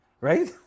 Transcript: right